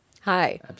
Hi